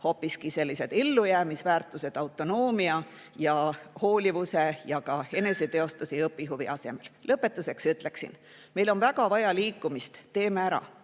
hoopiski nii-öelda ellujäämisväärtused autonoomia, hoolivuse ja ka eneseteostuse ja õpihuvi asemel. Lõpetuseks ütleksin, et meil on väga vaja liikumist "Teeme ära!".